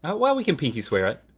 well we can pinky swear it.